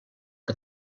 que